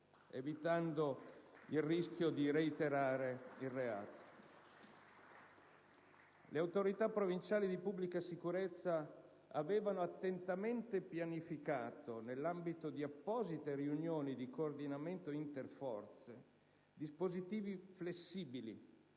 e dei senatori Divina e Serra)*. Le autorità provinciali di pubblica sicurezza avevano attentamente pianificato - nell'ambito di apposite riunioni di coordinamento interforze - dispositivi flessibili